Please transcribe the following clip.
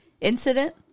incident